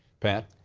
pat.